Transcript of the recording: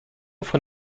von